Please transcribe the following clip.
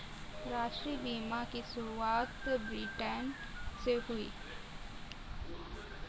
राष्ट्रीय बीमा की शुरुआत ब्रिटैन से हुई